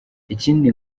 ikindi